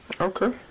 Okay